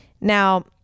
Now